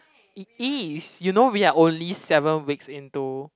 it is you know we are only seven weeks into